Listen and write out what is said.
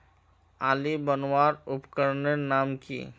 आली बनवार उपकरनेर नाम की?